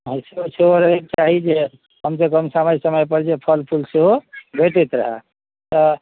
सेहो रहैके चाही जे कमसँ कम समय समयपर जे फल फूल सेहो भेटैत रहए तऽ